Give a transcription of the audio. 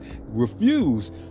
refuse